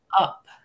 up